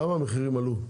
למה המחירים עלו?